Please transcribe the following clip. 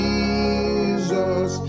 Jesus